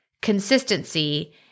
consistency